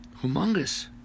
humongous